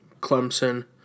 Clemson